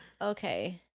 Okay